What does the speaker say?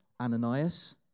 Ananias